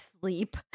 sleep